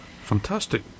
Fantastic